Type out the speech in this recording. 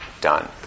done